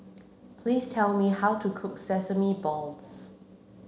please tell me how to cook Sesame Balls